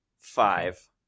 five